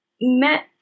met